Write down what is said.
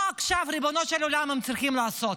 מה עכשיו, ריבונו של עולם, הם צריכים לעשות?